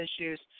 issues